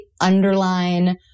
underline